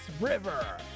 River